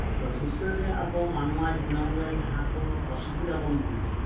ᱛᱚ ᱥᱩᱥᱟᱹᱨ ᱨᱮ ᱟᱵᱚ ᱢᱟᱱᱣᱟ ᱡᱚᱱᱚᱢ ᱨᱮ ᱡᱟᱦᱟᱸ ᱠᱚ ᱚᱥᱩᱵᱤᱫᱷᱟ ᱵᱚᱱ ᱵᱩᱡᱟ